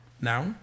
now